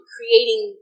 Creating